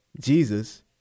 Jesus